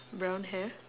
brown hair